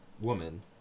woman